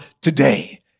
today